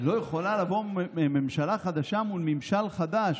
שלא יכולה לבוא ממשלה חדשה מול ממשל חדש.